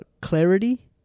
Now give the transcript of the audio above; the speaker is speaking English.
clarity